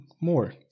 more